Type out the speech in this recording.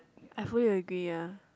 I fully agree ya